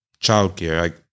Childcare